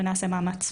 ונעשה מאמץ,